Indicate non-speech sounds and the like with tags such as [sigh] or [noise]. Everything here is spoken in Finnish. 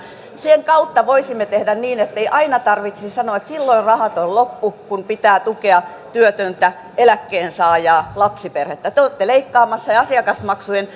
voisimme tehdä niin ettei aina tarvitsisi sanoa että silloin rahat on loppu kun pitää tukea työtöntä eläkkeensaajaa lapsiperhettä te te olette leikkaamassa ja asiakasmaksujen [unintelligible]